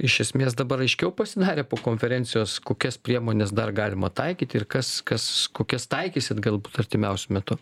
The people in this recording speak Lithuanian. iš esmės dabar aiškiau pasidarė po konferencijos kokias priemones dar galima taikyti ir kas kas kokias taikysit galbūt artimiausiu metu